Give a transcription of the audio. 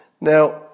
Now